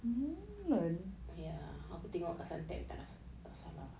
ya aku tengok kat suntec tak tak salah